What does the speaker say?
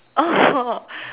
oh